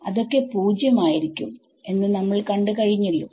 അതൊക്കെ പൂജ്യം ആയിരിക്കും എന്ന് നമ്മൾ കണ്ടു കഴിഞ്ഞല്ലോ